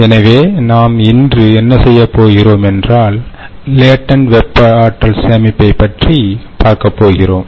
எனவே நாம் இன்று என்ன செய்யப்போகிறோம் என்றால் லேடண்ட் வெப்ப ஆற்றல் சேமிப்பை பற்றி பார்க்கப் போகிறோம்